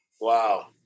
Wow